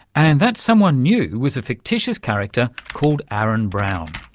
and that someone new was a fictitious character called aaron brown.